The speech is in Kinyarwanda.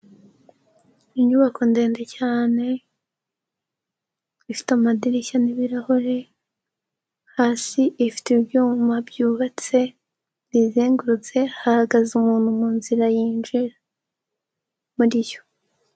Inyubako ndende cyane ifite amadirishya n'ibirahure; hasi ifite ibyuma byubatse biyizengurutse, hahagaze umuntu mu nzira yinjira muri yo.